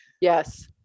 yes